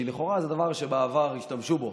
שלכאורה זה דבר שבעבר השתמשו בו.